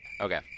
Okay